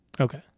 Okay